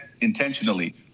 intentionally